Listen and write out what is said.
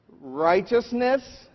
Righteousness